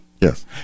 Yes